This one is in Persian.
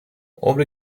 عمر